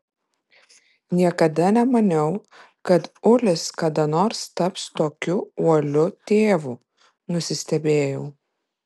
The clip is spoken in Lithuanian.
niekada nemaniau kad ulis kada nors taps tokiu uoliu tėvu nusistebėjau